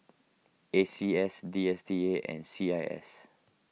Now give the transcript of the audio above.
A C S D S T A and C I S